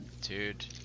Dude